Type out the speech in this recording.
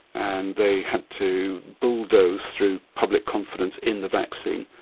and they had to bulldoze through public confidence in the vaccine,